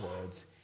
words